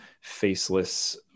faceless